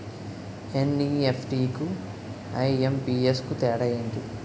NEFT కు IMPS కు తేడా ఎంటి?